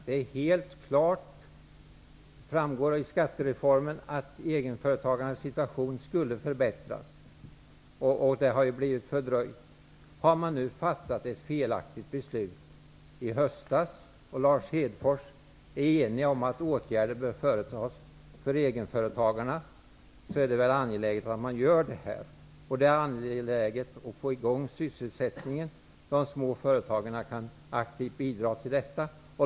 Det framgår helt klart i skattereformen att egenföretagarnas situation skall förbättras. Men det har blivit fördröjningar. Om nu ett felaktigt beslut fattades i höstas, och Lars Hedfors håller med om att åtgärder bör företas för egenföretagarna, är det väl angeläget att något sker? Det är angeläget att få i gång sysselsättningen. De små företagarna kan aktivt bidra till detta.